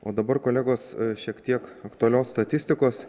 o dabar kolegos šiek tiek aktualios statistikos